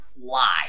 fly